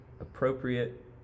appropriate